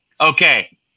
okay